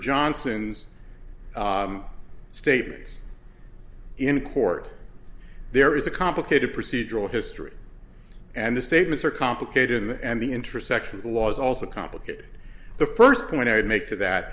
johnson's statements in court there is a complicated procedural history and the statements are complicated and the intersection of the law is also complicated the first point i'd make to that